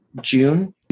June—